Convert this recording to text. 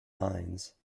lines